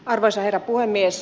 arvoisa herra puhemies